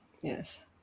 Yes